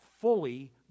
fully